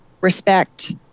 respect